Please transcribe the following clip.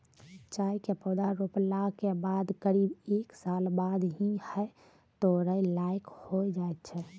चाय के पौधा रोपला के बाद करीब एक साल बाद ही है तोड़ै लायक होय जाय छै